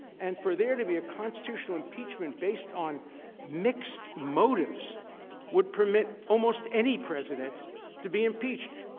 and for there to be a constitutional impeachment, based on mixed motives would permit almost any president to be impeached.